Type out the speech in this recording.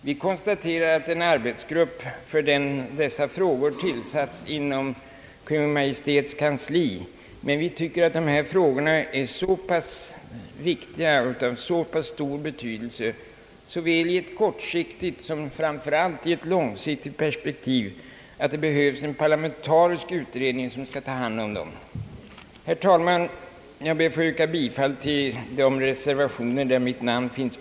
Vi konstaterar att en arbetsgrupp för dessa frågor tillsatts inom Kungl. Maj:ts kansli, men vi anser att dessa frågor är av så pass stor vikt och betydelse, såväl i ett kortsiktigt som framför allt i ett långsiktigt perspektiv, att det bebövs en parlamentarisk utredning för att ta hand om dem. Herr talman! Jag yrkar bifall till de reservationer, under vilka mitt namn finns.